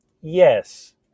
Yes